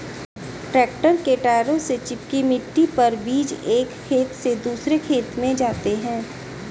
tractor के टायरों से चिपकी मिट्टी पर बीज एक खेत से दूसरे खेत में जाते है